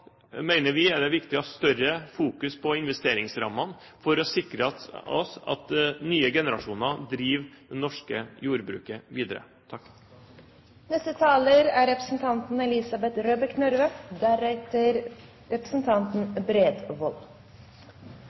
mener også at det er viktig å ha større fokus på investeringsrammene for å sikre at nye generasjoner driver det norske jordbruket videre.